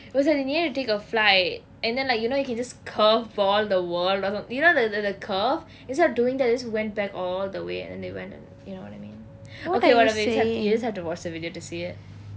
it was a needed to take a flight and then like you know you can just curve ball the world doesn't you know the the curve is not doing that it just went back all the way and and then they went and you know what I mean ok whatever you just have to watch the video to see it